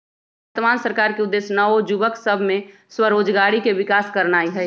वर्तमान सरकार के उद्देश्य नओ जुबक सभ में स्वरोजगारी के विकास करनाई हई